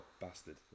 bastard